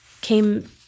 came